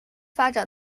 发展